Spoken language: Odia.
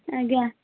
ଆଜ୍ଞା